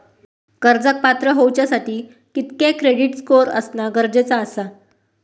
कर्जाक पात्र होवच्यासाठी कितक्या क्रेडिट स्कोअर असणा गरजेचा आसा?